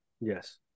Yes